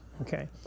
Okay